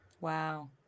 Wow